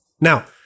Now